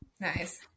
Nice